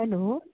hello